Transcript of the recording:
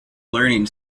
learning